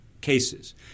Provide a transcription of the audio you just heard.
cases